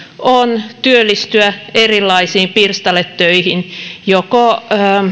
on työllistyä erilaisiin pirstaletöihin joko